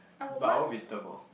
but I always wisdom oh